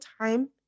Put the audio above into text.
time